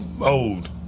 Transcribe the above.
old